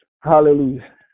Hallelujah